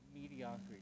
mediocrity